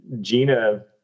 gina